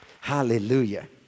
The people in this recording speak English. Hallelujah